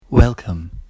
Welcome